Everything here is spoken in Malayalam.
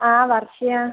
ആ വർഷയാണ്